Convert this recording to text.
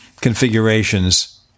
configurations